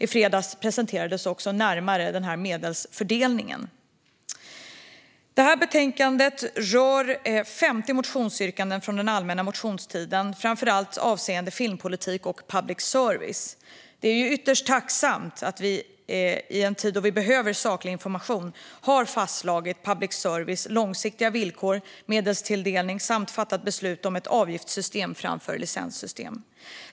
I fredags presenterades också medelsfördelningen närmare. Det här betänkandet rör 50 motionsyrkanden från den allmänna motionstiden, framför allt avseende filmpolitik och public service. Det är ytterst tacknämligt att vi i en tid då vi behöver saklig information har fastslagit public services långsiktiga villkor och medelstilldelning samt att vi har fattat beslut om ett avgiftssystem framför ett licenssystem.